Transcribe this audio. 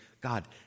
God